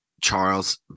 Charles